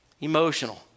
emotional